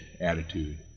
attitude